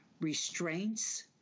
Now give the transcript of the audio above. restraints